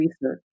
research